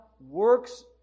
works